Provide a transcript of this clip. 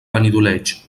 benidoleig